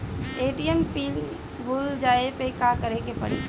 ATM pin भूल जाए पे का करे के पड़ी?